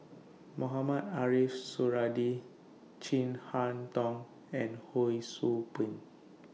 Mohamed Ariff Suradi Chin Harn Tong and Ho SOU Ping